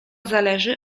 zależy